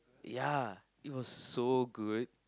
ya it was so good